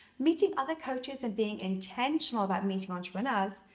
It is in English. meeting other coaches and being intentional about meeting entrepreneurs,